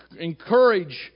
encourage